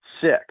six